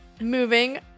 Moving